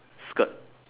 skirt